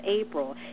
April